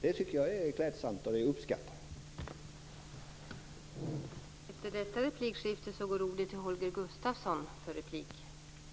Det tycker jag är klädsamt och det uppskattar jag.